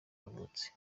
yavutse